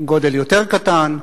גודל יותר קטן,